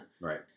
Right